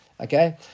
Okay